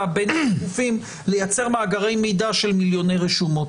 בין גופים לייצר מאגרי מידע של מיליוני רשומות.